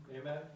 Amen